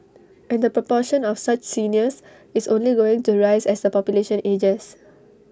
and the proportion of such seniors is only going to rise as the population ages